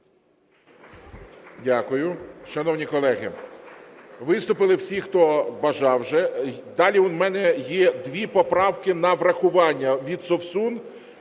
Дякую. Шановні колеги, виступили всі, хто бажав вже. Далі у мене є дві поправки на врахування від Совсун